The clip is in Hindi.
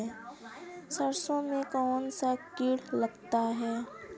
सरसों में कौनसा कीट लगता है?